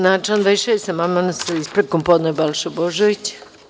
Na član 26. amandman sa ispravkom, podneo je Balša Božović.